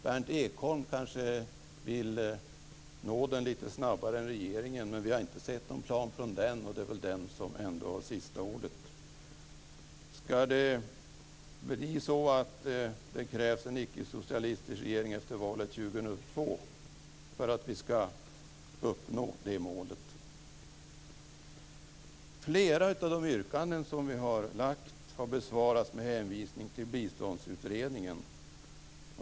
Berndt Ekholm kanske vill nå den lite snabbare än regeringen. Men vi har inte sett någon plan från regeringen, och det är väl den som ändå har sista ordet. Ska det bli så att det krävs en ickesocialistisk regering efter valet år 2002 för att vi ska uppnå detta mål? Flera av våra yrkanden har besvarats med hänvisning till Biståndsutredningen.